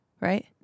right